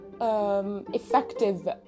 effective